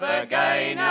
again